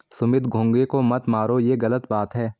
सुमित घोंघे को मत मारो, ये गलत बात है